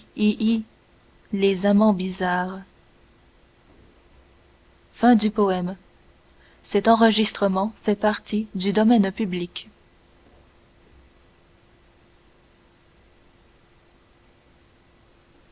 les amants bizarres